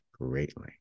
Greatly